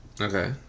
Okay